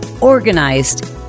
organized